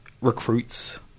Recruits